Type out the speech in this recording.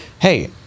hey-